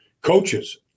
coaches